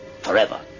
Forever